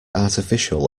artificial